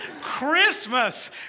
Christmas